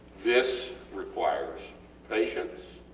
this requires patience,